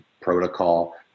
protocol